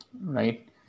right